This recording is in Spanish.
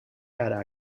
cara